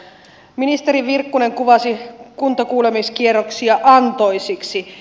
ministeri virkkunen kuvasi kuntakuulemiskierroksia antoisiksi